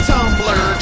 Tumblr